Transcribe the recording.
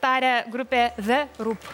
taria grupė the rup